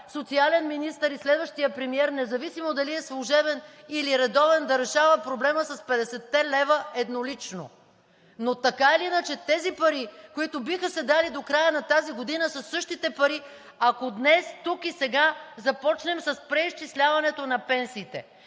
социален министър и следващият премиер, независимо дали е служебен или редовен, да решава проблема с 50 те лева еднолично. Но така или иначе, тези пари, които биха се дали до края на тази година, са същите пари, ако днес тук и сега започнем с преизчисляването на пенсиите.